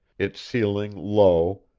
its ceiling low,